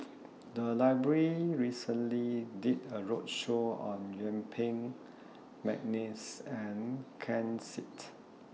The Library recently did A roadshow on Yuen Peng Mcneice and Ken Seet